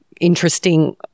interesting